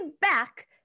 back